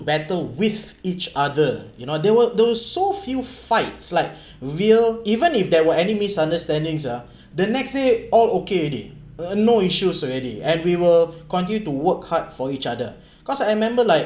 battle with each other you know they were they were so few fights like real even if there were any misunderstandings uh the next day all okay already uh no issues already and we will continue to work hard for each other cause I remember like